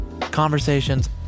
Conversations